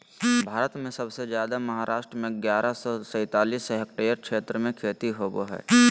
भारत में सबसे जादे महाराष्ट्र में ग्यारह सौ सैंतालीस हेक्टेयर क्षेत्र में खेती होवअ हई